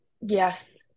Yes